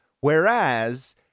Whereas